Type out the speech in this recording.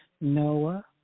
Noah